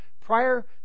prior